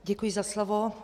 Děkuji za slovo.